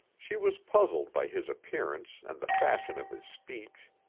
she was puzzled by his appearance and the fashion of his speech.